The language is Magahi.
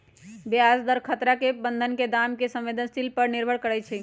ब्याज दर खतरा बन्धन के दाम के संवेदनशील पर निर्भर करइ छै